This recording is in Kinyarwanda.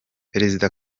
perezida